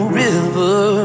river